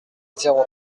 zéro